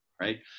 right